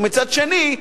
ומצד שני,